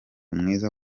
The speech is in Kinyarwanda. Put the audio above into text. mwiza